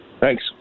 thanks